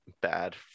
bad